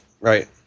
Right